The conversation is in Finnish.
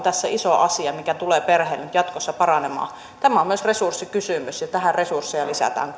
tässä iso asia tulee perheille nyt jatkossa paranemaan tämä on myös resurssikysymys ja tähän resursseja lisätään